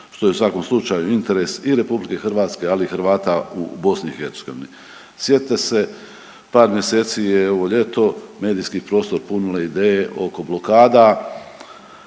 što je u svakom slučaju interes i Republike Hrvatske, ali i Hrvata u BiH. Sjetite se par mjeseci je ovo ljeto medijski prostor punilo ideje oko blokada